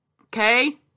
Okay